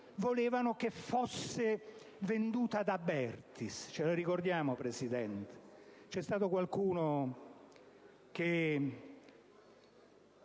volevano che fosse venduta ad Abertis. Ce ne circondiamo Presidente? C'è stato qualcuno che